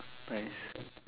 nice